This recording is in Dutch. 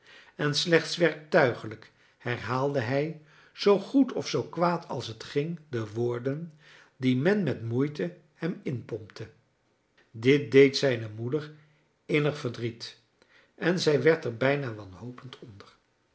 en slechts werktuigelijk herhaalde hij zoo goed of zoo kwaad als t ging de woorden die men met moeite hem inpompte dit deed zijne moeder innig verdriet en zij werd er bijna wanhopend onder